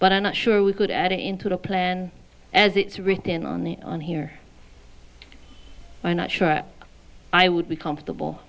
but i'm not sure we could add it into the plan as it's written on the on here i'm not sure i would be comfortable